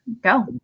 go